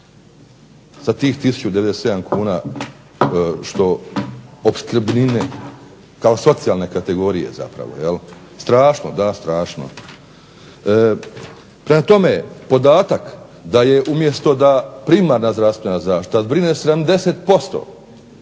sa tih 1097 kn što opskrbnine kao socijalne kategorije zapravo. Strašno, da strašno. Prema tome, podatak da je umjesto da primarna zdravstvena zaštita brine 70%